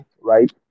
right